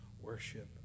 worship